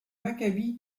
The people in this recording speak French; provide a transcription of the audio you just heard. maccabi